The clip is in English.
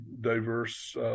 diverse